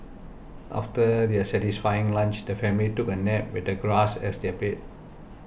after their satisfying lunch the family took a nap with the grass as their bed